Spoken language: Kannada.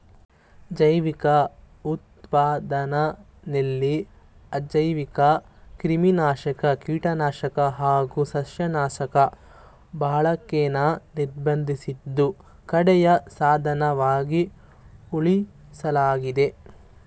ಜೈವಿಕ ಉತ್ಪಾದನೆಲಿ ಅಜೈವಿಕಕ್ರಿಮಿನಾಶಕ ಕೀಟನಾಶಕ ಹಾಗು ಸಸ್ಯನಾಶಕ ಬಳಕೆನ ನಿರ್ಬಂಧಿಸಿದ್ದು ಕಡೆಯ ಸಾಧನವಾಗಿ ಉಳಿಸಲಾಗಿದೆ